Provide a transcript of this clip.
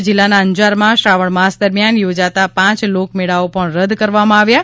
કચ્છ જિલ્લાના અંજારમાં શ્રાવણ માસ દરમિયાન યોજાતા પાંચ લોકમેળાઓ પણ રદ કરવામાં આવ્યા છે